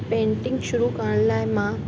painting शुरू करण लाइ मां